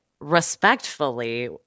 respectfully